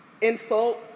insult